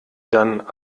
dann